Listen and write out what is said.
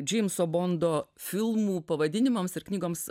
džeimso bondo filmų pavadinimams ir knygoms